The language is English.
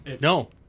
No